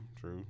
true